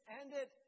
ended